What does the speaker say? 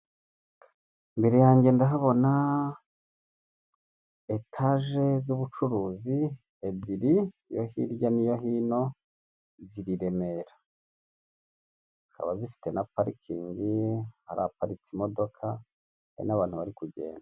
Imbere yanjye ndahabona etaje z'ubucuruzi ebyiri, iyo hirya ni'yo hino ziri i Remera zikaba zifite na parikingi hariparitse imodoka hari n'abantu bari kugenda.